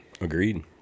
Agreed